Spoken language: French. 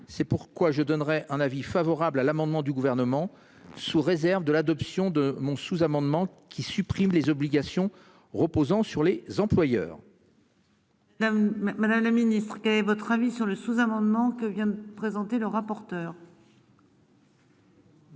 C'est pourquoi je donnerai un avis favorable à l'amendement du gouvernement sous réserve de l'adoption de mon sous-amendement qui supprime les obligations reposant sur les employeurs. Madame la Ministre quel est votre avis sur le sous-amendement que vient de présenter le rapporteur.